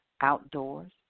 outdoors